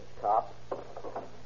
cop